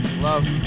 Love